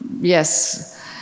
yes